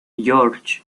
george